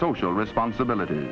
social responsibility